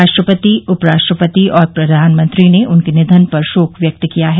राष्ट्रपति उपराष्ट्रपति और प्रधानमंत्री ने उनके निधन पर शोक व्यक्त किया है